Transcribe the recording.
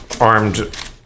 armed